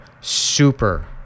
super